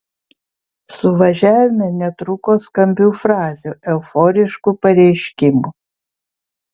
suvažiavime netrūko skambių frazių euforiškų pareiškimų